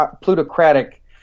plutocratic